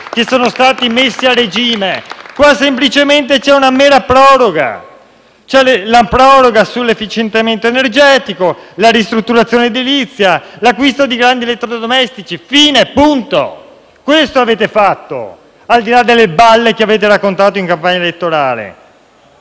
che sono stati messi a regime; qua semplicemente c'è una mera proroga. C'è la proroga sull'efficientamento energetico, sulla ristrutturazione edilizia e sull'acquisto di grandi elettrodomestici. Fine, punto. Questo avete fatto, al di là delle balle che avete raccontato in campagna elettorale.